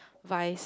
vice